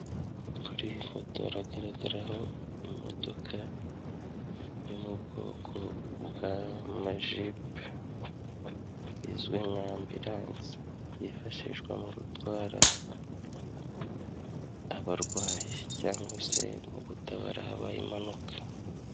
Kuri iyi foto hagaragaraho imodoka yo mu bwoko bw'amajipe izwi nka ambiranse yifashishwa mu gutwara abarwayi cyangwa se mu gutabara habaye impanuka.